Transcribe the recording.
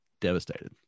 devastated